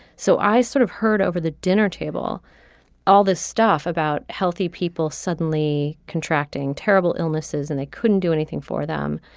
so i sort of heard over the dinner table all this stuff about healthy people suddenly contracting terrible illnesses and they couldn't do anything for them.